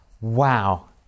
Wow